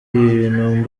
ibintu